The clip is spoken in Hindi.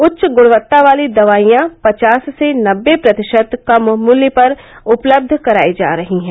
उच्च गुणवत्ता वाली दवाइयां पचास से नबे प्रतिशत कम मूल्य पर उपलब्ध कराई जा रही हैं